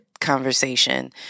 conversation